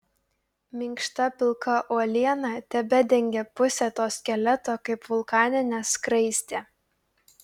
minkšta pilka uoliena tebedengė pusę to skeleto kaip vulkaninė skraistė